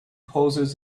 poses